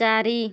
ଚାରି